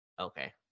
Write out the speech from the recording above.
okay